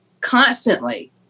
constantly